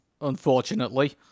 Unfortunately